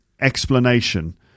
explanation